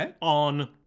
on